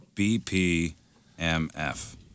B-P-M-F